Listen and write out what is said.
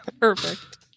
Perfect